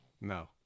no